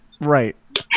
right